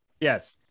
yes